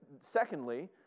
secondly